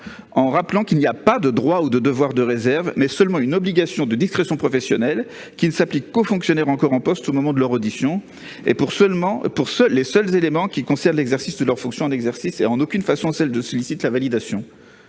cet amendement, qu'il n'y a pas de droit ou de devoir de réserve, mais seulement une obligation de discrétion professionnelle, qui ne s'applique qu'aux fonctionnaires encore en poste au moment de leur audition et pour les seuls éléments qui concernent l'exercice de leurs fonctions actuelles. Il est vraiment